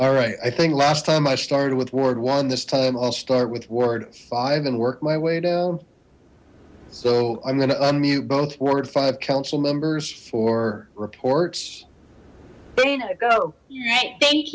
all right i think last time i started with ward one this time i'll start with ward five and work my way down so i'm gonna unmute both ward five councilmembers for reports thank